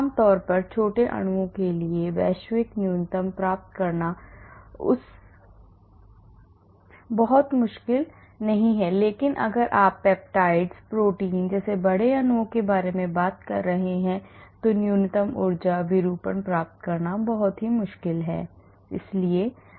आम तौर पर छोटे अणुओं के लिए वैश्विक न्यूनतम प्राप्त करना बहुत मुश्किल नहीं है लेकिन अगर आप peptides proteins जैसे बड़े अणुओं के बारे में बात कर रहे हैं तो न्यूनतम ऊर्जा विरूपण प्राप्त करना बहुत मुश्किल है